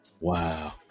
wow